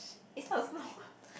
is not a store